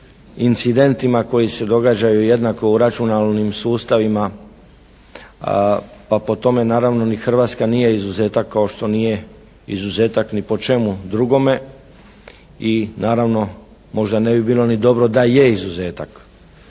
incidentima koji se događaju jednako u računalnim sustavima pa po tome naravno ni Hrvatska nije izuzetak kao što nije izuzetak ni po čemu drugome. I naravno možda ne bi bilo ni dobro da je izuzetak.